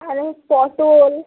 আর ওই পটল